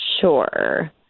Sure